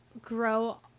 grow